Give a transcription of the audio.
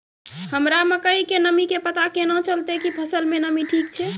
हमरा मकई के नमी के पता केना चलतै कि फसल मे नमी ठीक छै?